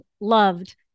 loved